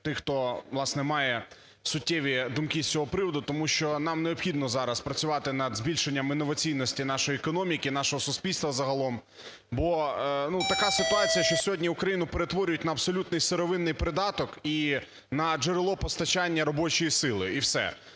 власне, має суттєві думки з цього приводу. Тому що нам необхідно зараз працювати над збільшенням інноваційності нашої економіки, нашого суспільства загалом. Бо, ну, така ситуація, що сьогодні Україну перетворюють на абсолютний сировинний придаток і на джерело постачання робочої сили,